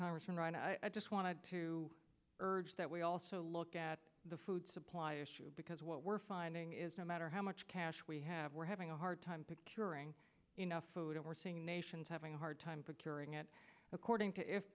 congressman ron i just wanted to urge that we also look at the food supply issue because what we're finding is no matter how much cash we have we're having a hard time picturing enough food and we're seeing nations having a hard time procuring it according